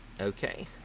Okay